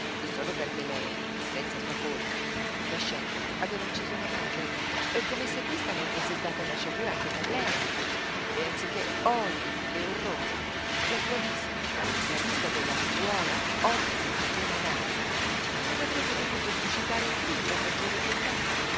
solo perché lei senza sua colpa nascendo aveva ucciso la madre come se questa non fosse stata una sciagura anche per lei e anziché odio e orrore la sua vista la vista della figliuola orfana appena nata non avrebbe dovuto suscitare in lui una maggiore pietà